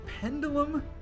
Pendulum